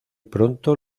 pronto